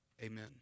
Amen